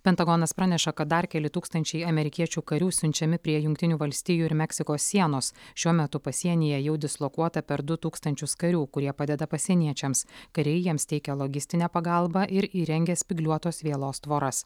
pentagonas praneša kad dar keli tūkstančiai amerikiečių karių siunčiami prie jungtinių valstijų ir meksikos sienos šiuo metu pasienyje jau dislokuota per du tūkstančius karių kurie padeda pasieniečiams kariai jiems teikia logistinę pagalbą ir įrengia spygliuotos vielos tvoras